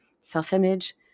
self-image